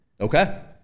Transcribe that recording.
Okay